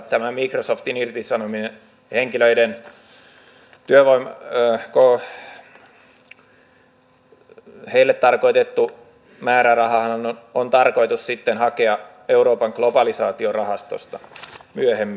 tämä microsoftin irtisanomille henkilöille tarkoitettu määrärahahan on tarkoitus sitten hakea euroopan globalisaatiorahastosta myöhemmin